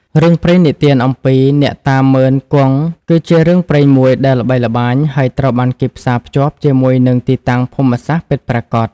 រឿងព្រេងនិទានអំពី អ្នកតាម៉ឺន-គង់ គឺជារឿងព្រេងមួយដែលល្បីល្បាញ ហើយត្រូវបានគេផ្សារភ្ជាប់ជាមួយនឹងទីតាំងភូមិសាស្ត្រពិតប្រាកដ។